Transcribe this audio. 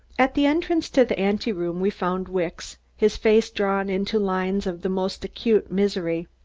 at the entrance to the anteroom we found wicks, his face drawn into lines of the most acute misery.